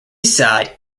side